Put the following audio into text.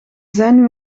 zijn